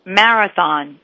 marathon